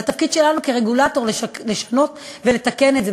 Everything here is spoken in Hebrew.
והתפקיד שלנו כרגולטור לשנות ולתקן את זה,